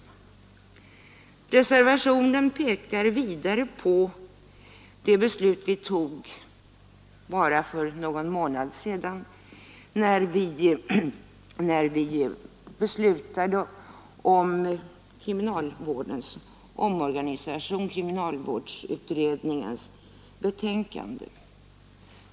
I reservationen pekas vidare på det beslut vi tog bara för någon månad sedan om kriminalvårdens omorganisation på grundval av kriminalvårdsutredningens betänkande.